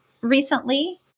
recently